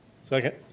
Second